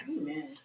Amen